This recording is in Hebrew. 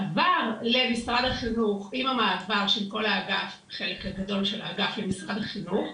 עבר למשרד החינוך עם המעבר של החלק הגדול של האגף למשרד החינוך,